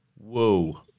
whoa